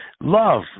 Love